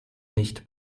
nicht